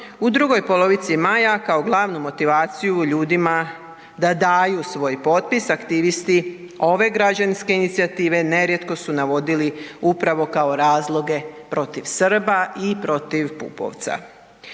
u drugoj polovici maja kao glavnu motivaciju ljudima da daju svoj potpis, aktivisti ove građanske inicijative, nerijetko su navodili upravo kao razloge protiv Srba i protiv Pupovca.